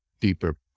deeper